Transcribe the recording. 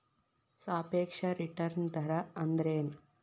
ಸಾಪೇಕ್ಷ ರಿಟರ್ನ್ ದರ ಅಂದ್ರೆನ್